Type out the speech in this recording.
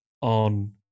on